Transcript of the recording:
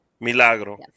Milagro